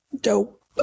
dope